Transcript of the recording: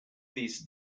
these